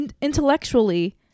intellectually